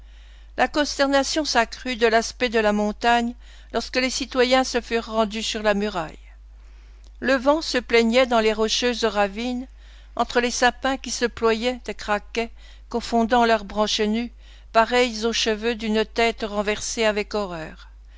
la consternation s'accrut de l'aspect de la montagne lorsque les citoyens se furent rendus sur la muraille le vent se plaignait dans les rocheuses ravines entre les sapins qui se ployaient et craquaient confondant leurs branches nues pareilles aux cheveux d'une tête renversée avec horreur